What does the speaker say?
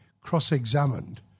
cross-examined